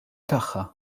tagħha